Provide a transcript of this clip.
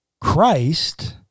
Christ